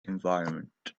environment